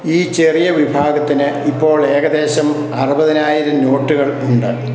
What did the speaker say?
ഈ ചെറിയ വിഭാഗത്തിന് ഇപ്പോൾ ഏകദേശം അറുപതിനായിരം നോട്ടുകൾ ഉണ്ട്